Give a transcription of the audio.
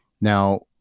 Now